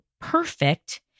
perfect